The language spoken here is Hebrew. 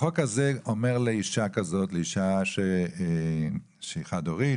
החוק הזה אומר לאישה שהיא חד-הורית,